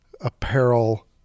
apparel